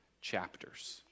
chapters